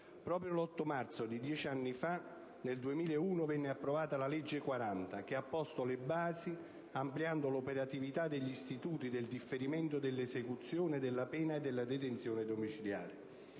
Proprio l'8 marzo di 10 anni fa, nel 2001, venne approvata la legge n. 40, che ha posto le basi, ampliando l'operatività degli istituti del differimento dell'esecuzione della pena e della detenzione domiciliare.